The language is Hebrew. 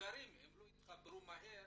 המבוגרים שלא התחברו מהר